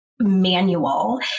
manual